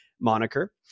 moniker